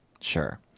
Sure